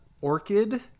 orchid